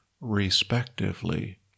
respectively